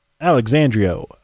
Alexandria